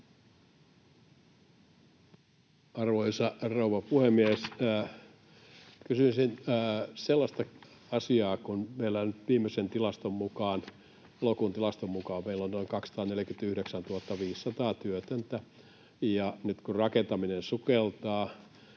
Arvoisa rouva puhemies! Kysyisin sellaista asiaa, kun vielä viimeisen tilaston mukaan, elokuun tilaston mukaan, meillä on noin 249 500 työtöntä, ja nyt kun rakentaminen sukeltaa